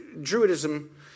Druidism